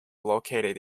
located